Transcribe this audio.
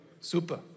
Super